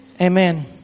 Amen